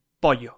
pollo